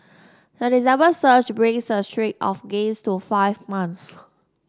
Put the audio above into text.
the December surge brings the streak of gains to five months